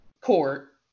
court